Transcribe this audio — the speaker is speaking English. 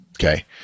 Okay